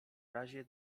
razie